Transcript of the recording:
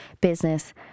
business